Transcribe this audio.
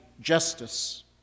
Justice